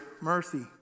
mercy